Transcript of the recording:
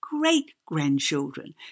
great-grandchildren